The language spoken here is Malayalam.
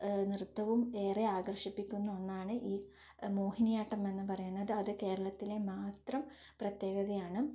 നൃത്തവും ഏറെ ആകർഷിപ്പിക്കുന്ന ഒന്നാണ് ഈ മോഹിനിയാട്ടം എന്ന് പറയുന്നത് അത് കേരളത്തിലെ മാത്രം പ്രത്യേകതയാണ്